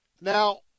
Now